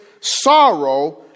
sorrow